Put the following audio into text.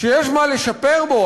שיש מה לשפר בו.